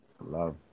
Love